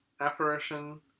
Apparition